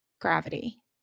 gravity